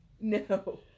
No